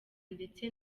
ndetse